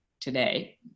today